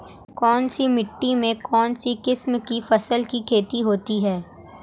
कौनसी मिट्टी में कौनसी किस्म की फसल की खेती होती है?